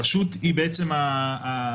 הרשות היא בעצם הרגולטור,